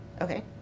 Okay